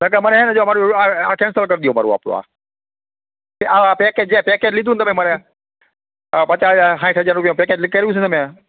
નકર મને હે ને જો મારું આ કેન્સલ કરી દો મારું આખું આ આ પેકેજ જે પેકેજ લીધું તમે મને આ પચાસ સાઈઠ હજાર રૂપિયા પેકેજ કર્યું છે ને મેં